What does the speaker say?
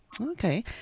Okay